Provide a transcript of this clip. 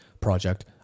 project